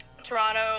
toronto